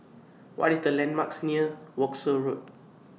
What IS The landmarks near Wolskel Road